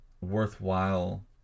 worthwhile